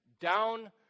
down